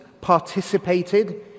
participated